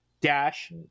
Dash